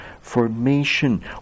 formation